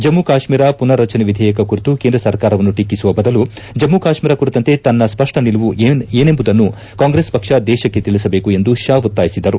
ಜಮ್ಮ ಕಾತ್ನೀರ ಮನರ್ರಚನೆ ವಿಧೇಯಕ ಕುರಿತು ಕೇಂದ್ರ ಸರ್ಕಾರವನ್ನು ಟೀಕಿಸುವ ಬದಲು ಜಮ್ಮ ಕಾತ್ನೀರ ಕುರಿತಂತೆ ತನ್ನ ಸಪ್ಪ ನಿಲುವು ಏನೆಂಬುದನ್ನು ಕಾಂಗ್ರೆಸ್ ಪಕ್ಷ ದೇಶಕ್ಷೆ ತಿಳಿಸಬೇಕು ಎಂದು ಷಾ ಒತ್ತಾಯಿಸಿದರು